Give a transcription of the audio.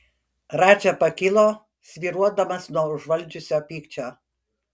radža pakilo svyruodamas nuo užvaldžiusio pykčio